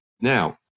Now